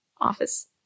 office